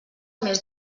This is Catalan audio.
més